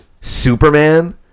Superman